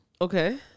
Okay